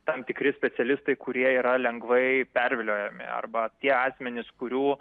tam tikri specialistai kurie yra lengvai perviliojami arba tie asmenys kurių